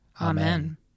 Amen